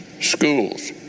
schools